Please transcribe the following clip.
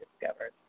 discovered